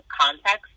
context